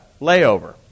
layover